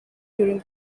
during